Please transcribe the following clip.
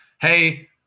hey